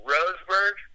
Roseburg